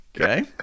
Okay